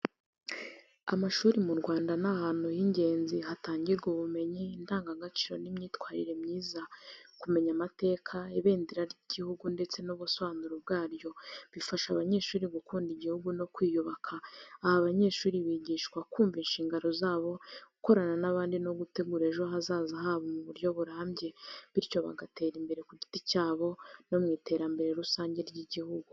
Amashuri mu Rwanda ni ahantu h'ingenzi hatangirwa ubumenyi, indangagaciro n’imyitwarire myiza. Kumenya amateka, ibendera ry’igihugu ndetse n'ubusobanuro bwaryo bifasha abanyeshuri gukunda igihugu no kwiyubaka. Aha abanyeshuri bigishwa kumva inshingano zabo, gukorana n’abandi no gutegura ejo hazaza habo mu buryo burambye, bityo bagatera imbere ku giti cyabo no mu iterambere rusange ry’igihugu.